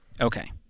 Okay